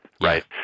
right